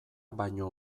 baino